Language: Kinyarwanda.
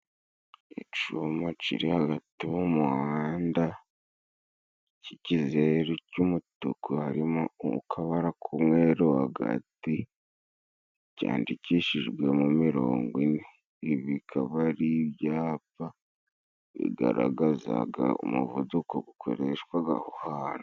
Icuma ciri hagati mu muhanda k'ikizeru cy'umutuku harimo akabara k'umweru hagati, cyandikishijwemo mirongo ine, ibi bikaba ari ibyapa bigaragazaga umuvuduko gukoreshwaga aho hantu.